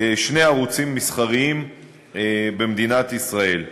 שני ערוצים מסחריים במדינת ישראל.